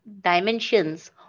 dimensions